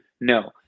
No